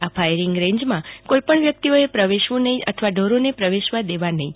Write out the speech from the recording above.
આ ફાયરીંગ રેંજમાં કોઇપણ વ્યકિતઓએ પ્રવેશવું નહીં અથવા ઢોરોને પ્રવેશવા દેવા નહીં